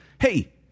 hey